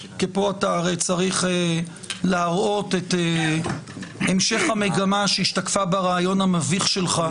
כי פה הרי אתה צריך להראות את המשך המגמה שהשתקפה בראיון המביך שלך,